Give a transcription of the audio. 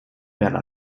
werden